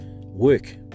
work